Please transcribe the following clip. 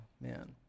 Man